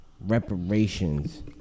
reparations